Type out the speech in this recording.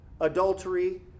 adultery